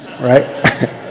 right